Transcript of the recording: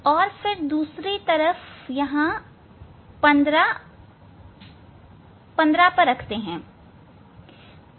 और फिर दूसरी तरफ को यहां 15 मतलब 15 पर रखता हूं